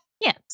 Yes